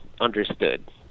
understood